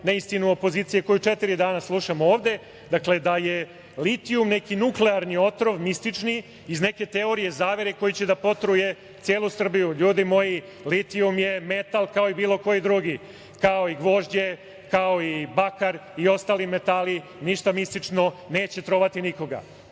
neistinu opozicije koju četiri dana slušamo ovde, da je litijum neki nuklearni otpad mistični, iz neke teorije zavere, koji će da potruje celu Srbiju. Ljudi moji, litijum je metal kao i bilo koji drugi, kao i gvožđe, kao i bakar i ostali metali. Ništa mistično neće trovati nikoga. Da